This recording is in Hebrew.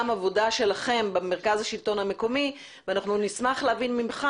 עבודה שלכם במרכז השלטון מקומי ואנחנו נשמח להבין ממך